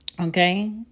Okay